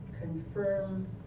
confirm